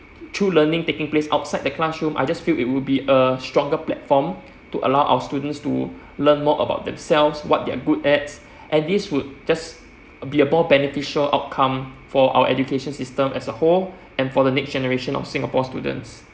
through learning taking place outside the classroom I just feel it would be a stronger platform to allow our students to learn more about themselves what they are good at and this would just be a more beneficial outcome for our education system as a whole and for the next generation of singapore students